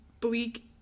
bleak